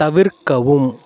தவிர்க்கவும்